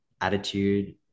attitude